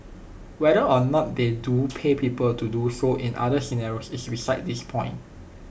whether or not they do pay people to do so in other scenarios is besides this point